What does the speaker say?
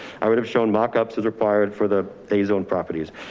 i would have shown mockups as required for the a zone properties,